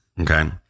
Okay